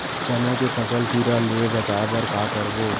चना के फसल कीरा ले बचाय बर का करबो?